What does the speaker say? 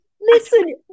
Listen